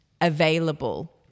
available